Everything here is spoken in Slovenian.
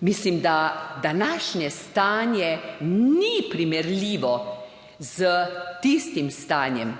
Mislim, da današnje stanje ni primerljivo s tistim stanjem